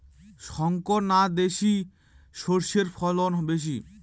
শংকর না দেশি সরষের ফলন বেশী?